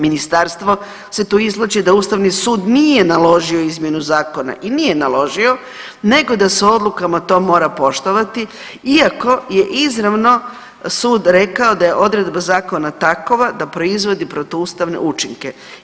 Ministarstvo se tu izvlači da Ustavni sud nije naložio izmjenu zakona i nije naložio, nego da se odlukama to mora poštovati, iako je izravno sud rekao da je odredba zakona takova da proizvodi protuustavne učinke.